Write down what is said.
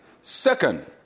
Second